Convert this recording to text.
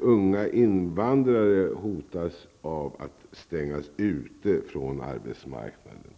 unga invandrare hotas av att stängas ute från arbetsmarknaden.